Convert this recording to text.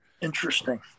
Interesting